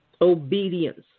obedience